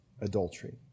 adultery